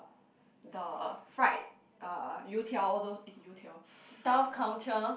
the fried uh You-Tiao all those eh You-Tiao